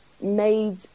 made